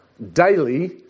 daily